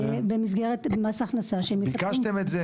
במסגרת מס הכנסה --- ביקשתם את זה?